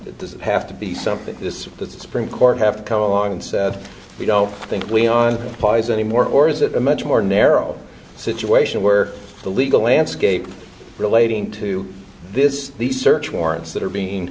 does have to be something that the supreme court have come along and said we don't think leon pies anymore or is it a much more narrow situation where the legal landscape relating to this these search warrants that are being